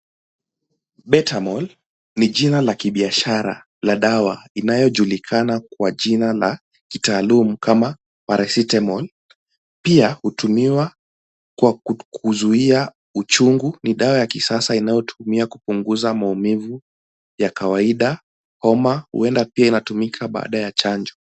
Betamol, ni jina la kibiashara la dawa inayojulikana kwa jina la kitaalum kama Paracetamol. Pia hutumiwa kwa kuzuia uchungu. Ni dawa ya kisasa inayotumiwa kupunguza maumivu ya kawaida, homa, huenda pia inatumika baada ya chanjo.